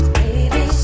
baby